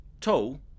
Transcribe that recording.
tall